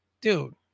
Dude